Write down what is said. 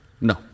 No